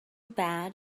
bad